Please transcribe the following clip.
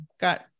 got